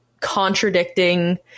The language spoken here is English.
contradicting